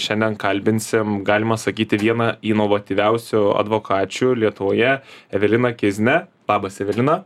šiandien kalbinsim galima sakyti vieną inovatyviausių advokačių lietuvoje eveliną kizmę labas evelina